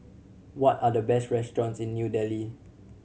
what are the best restaurants in New Delhi